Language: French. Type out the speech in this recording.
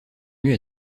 mieux